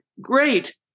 great